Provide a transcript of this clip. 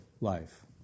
life